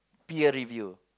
peer review